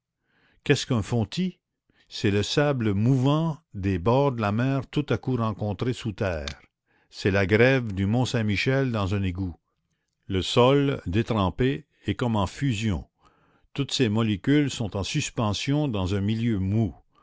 qu'est-ce qu'un fontis c'est le sable mouvant des bords de la mer tout à coup rencontré sous terre c'est la grève du mont saint-michel dans un égout le sol détrempé est comme en fusion toutes ses molécules sont en suspension dans un milieu mou